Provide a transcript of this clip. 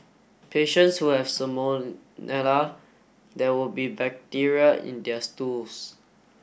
patients who have salmonella there will be bacteria in their stools